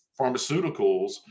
pharmaceuticals